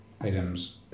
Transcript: items